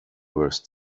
wears